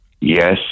Yes